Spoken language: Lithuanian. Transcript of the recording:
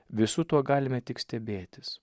visu tuo galime tik stebėtis